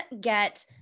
get